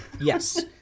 Yes